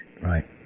Right